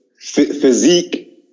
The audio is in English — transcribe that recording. physique